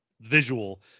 visual